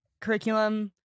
curriculum